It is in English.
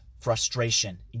frustration